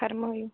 فَرمایِو